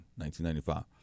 1995